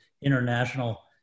international